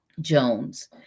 jones